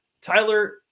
Tyler